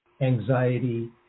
anxiety